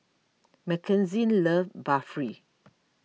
Mckenzie love Barfi